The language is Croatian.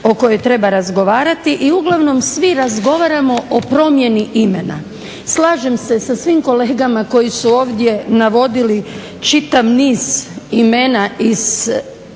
o kojoj treba razgovarati i uglavnom svi razgovaramo o promjeni imena. Slažem se sa svim kolegama koji su ovdje navodili čitav niz imena iz